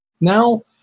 now